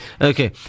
okay